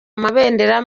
amabendera